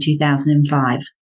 2005